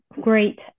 great